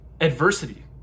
adversity